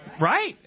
Right